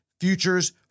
futures